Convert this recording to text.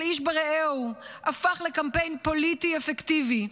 איש ברעהו הפך לקמפיין פוליטי אפקטיבי,